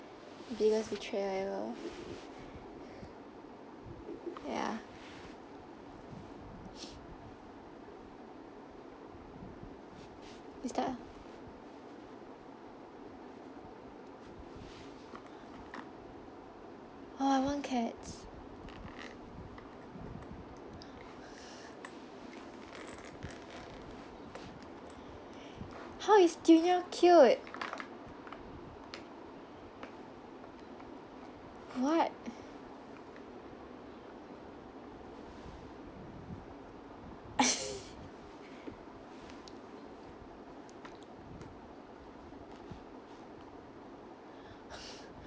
biggest betrayal I ever ya you start ah oh I want cats how is junyoung cute what